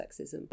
sexism